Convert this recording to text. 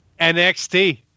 NXT